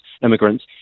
immigrants